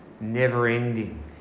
never-ending